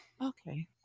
Okay